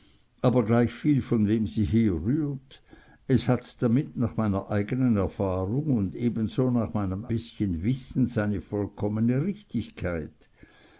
aber gleichviel von wem sie herrührt es hat damit nach meiner eigenen erfahrung und ebenso nach meinem bißchen wissen seine vollkommne richtigkeit